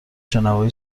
شنوایی